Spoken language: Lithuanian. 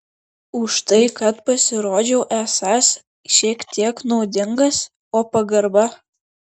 už tai kad pasirodžiau esąs šiek tiek naudingas o pagarba